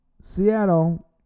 Seattle